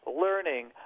learning